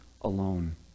alone